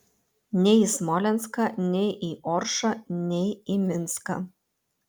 nei į smolenską nei į oršą nei į minską